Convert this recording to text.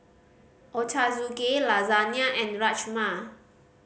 Ochazuke Lasagna and Rajma